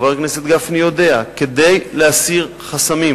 חבר הכנסת גפני יודע כדי להסיר חסמים,